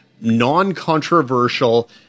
non-controversial